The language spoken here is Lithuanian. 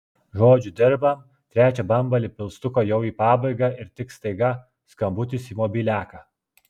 žodžiu dirbam trečią bambalį pilstuko jau į pabaigą ir tik staiga skambutis į mobiliaką